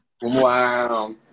Wow